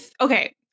Okay